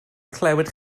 clywed